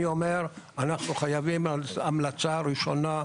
אני אומר שאנחנו חייבים המלצה ראשונה,